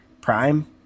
Prime